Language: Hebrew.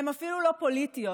הן אפילו לא פוליטיות.